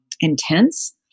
intense